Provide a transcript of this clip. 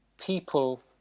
people